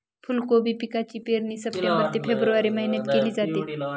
फुलकोबी पिकाची पेरणी सप्टेंबर ते फेब्रुवारी महिन्यात केली जाते